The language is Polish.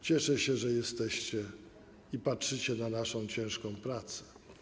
Cieszę się, że jesteście i patrzycie na naszą ciężką pracę.